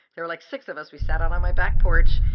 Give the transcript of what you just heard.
there were, like, six of us. we sat out on my back porch.